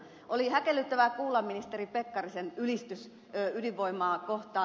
oli häkellyttävää kuulla ministeri pekkarisen ylistys ydinvoimaa kohtaan